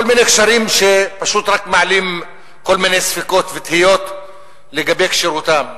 כל מיני קשרים שפשוט רק מעלים כל מיני ספקות ותהיות לגבי כשירותם.